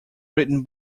written